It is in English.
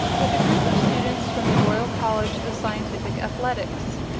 with a group of students from the royal college of scientific athletics.